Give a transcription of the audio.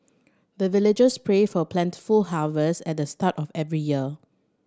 the villagers pray for plentiful harvest at the start of every year